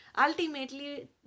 ultimately